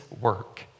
work